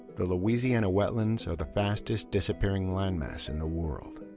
the louisiana wetlands are the fastest-disappearing land mass in the world.